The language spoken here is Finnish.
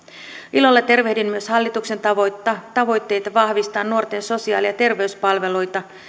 ilolla tervehdin myös hallituksen tavoitteita tavoitteita vahvistaa nuorten sosiaali ja terveyspalveluita